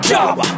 Job